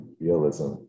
realism